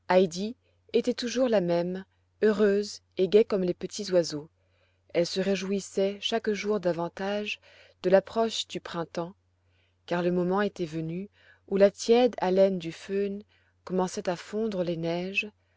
était toujours la même heureuse et gaie comme les petits oiseaux elle se réjouissait chaque jour davantage de l'approche du printemps car le moment était venu où la tiède haleine du fhn commençait à fondre les neiges